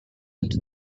into